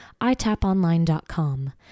itaponline.com